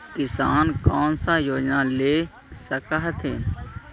किसान कोन सा योजना ले स कथीन?